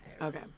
Okay